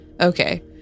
Okay